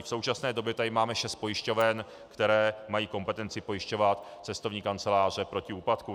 V současné době tady máme šest pojišťoven, které mají kompetenci pojišťovat cestovní kanceláře proti úpadku.